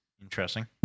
interesting